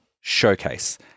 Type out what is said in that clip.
Showcase